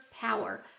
power